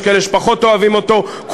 יש כאלה שאוהבים אותו פחות,